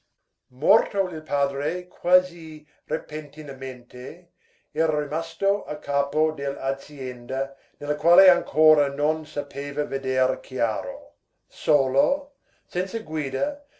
il padre quasi repentinamente era rimasto a capo dell'azienda nella quale ancora non sapeva veder chiaro solo senza guida